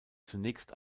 zunächst